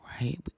right